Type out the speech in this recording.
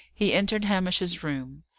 he entered hamish's room.